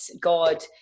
God